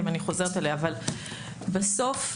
בסוף,